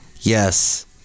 Yes